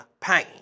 pain